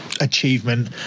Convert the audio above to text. achievement